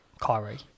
Kyrie